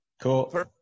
cool